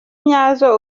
nyazo